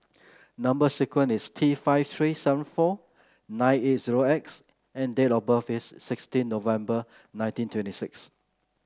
number sequence is T five three seven four nine eight zero X and date of birth is sixteen November nineteen twenty six